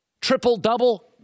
Triple-double